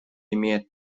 имеет